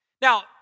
Now